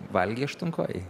valgei aštunkojį